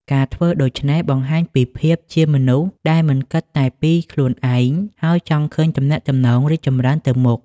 ការធ្វើដូច្នេះបង្ហាញពីភាពជាមនុស្សដែលមិនគិតតែពីខ្លួនឯង ហើយចង់ឃើញទំនាក់ទំនងរីកចម្រើនទៅមុខ។